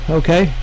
okay